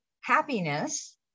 happiness